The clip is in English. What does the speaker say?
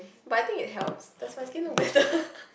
but I think it helps does my skin look better